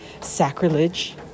sacrilege